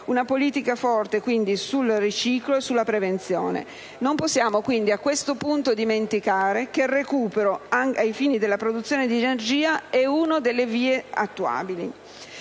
una politica forte sul riciclo e sulla prevenzione. Quindi, a questo punto, non possiamo dimenticare che il recupero ai fini della produzione di energia è una delle vie attuabili.